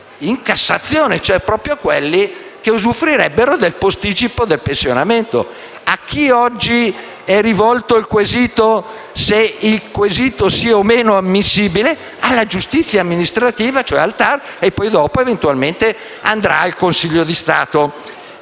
in Cassazione? Proprio quelli che usufruirebbero del posticipo del pensionamento! A chi oggi è rivolta la domanda se il quesito sia o no ammissibile? Alla giustizia amministrativa, cioè al Tar, e dopo, eventualmente, al Consiglio di Stato.